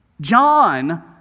John